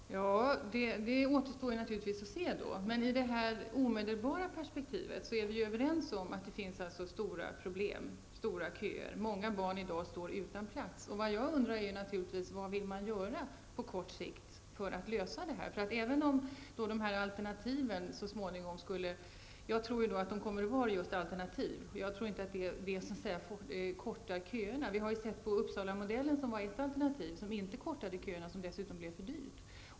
Herr talman! Det återstår naturligtvis att se. Men i det omedelbara perspektivet är vi alltså överens om att det finns stora problem, att det finns långa köer och att många barn i dag står utan plats. Vad vill man då göra på kort sikt för att lösa problemet? Jag tror att alternativen även i fortsättningen kommer att vara just alternativ. Jag tror inte att en satsning på alternativen kortar köerna. Vi har sett att Uppsalamodellen, som var ett alternativ, inte kortade köerna och att det dessutom blev för dyrt.